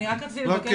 אני רק רציתי לבקש,